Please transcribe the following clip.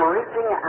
reaching